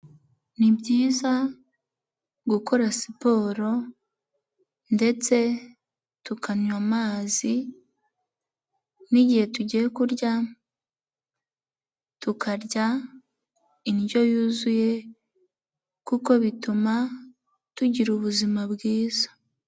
Ni byiza gukora siporo ndetse tukanywa amazi n'igihe tugiye kurya tukarya indyo yuzuye kuko bituma tugira ubuzima bwiza.